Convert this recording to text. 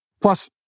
Plus